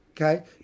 okay